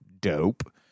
Dope